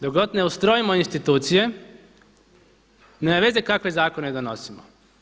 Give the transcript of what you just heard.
Dok god ne ustrojimo institucije nema veze kakve zakone donosimo.